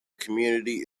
community